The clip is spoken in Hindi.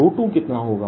2कितना होगा